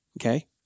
okay